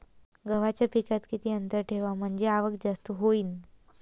गव्हाच्या पिकात किती अंतर ठेवाव म्हनजे आवक जास्त होईन?